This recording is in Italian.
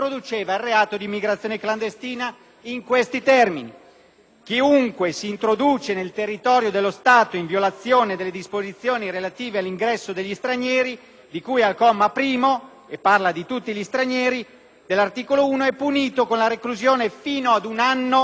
«Chiunque si introduce nel territorio dello Stato, in violazione delle disposizioni relative all'ingresso degli stranieri di cui al comma 1 dell'articolo 1», e parla di tutti gli stranieri, «è punito con la reclusione fino ad un anno e con la multa da 200.000 lire a 1 milione.